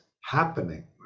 happening